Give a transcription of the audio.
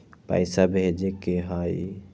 पैसा भेजे के हाइ?